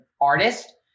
artist